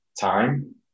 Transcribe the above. time